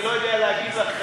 אני לא יודע להגיד לך,